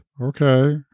Okay